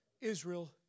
Israel